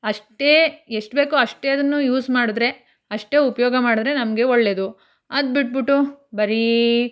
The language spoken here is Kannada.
ಅಷ್ಟೇ ಎಷ್ಟು ಬೇಕೋ ಅಷ್ಟೇ ಅದನ್ನು ಯೂಸ್ ಮಾಡಿದರೆ ಅಷ್ಟೇ ಉಪಯೋಗ ಮಾಡಿದರೆ ನಮಗೆ ಒಳ್ಳೆಯದು ಅದ್ಬಿಟ್ಬಿಟ್ಟು ಬರೀ